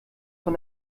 von